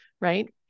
Right